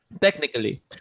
technically